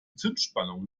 zündspannung